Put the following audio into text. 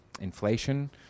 inflation